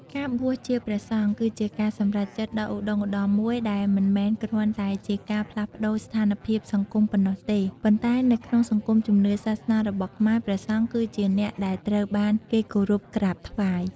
ការបួសជាព្រះសង្ឃ គឺជាការសម្រេចចិត្តដ៏ឧត្តុង្គឧត្តមមួយ ដែលមិនមែនគ្រាន់តែជាការផ្លាស់ប្ដូរស្ថានភាពសង្គមប៉ុណ្ណោះទេ ប៉ុន្តែនៅក្នុងសង្គមជំនឿសាសនារបស់ខ្មែរ ព្រះសង្ឃគឺជាអ្នកដែលត្រូវបានគេគោរពក្រាបថ្វាយ។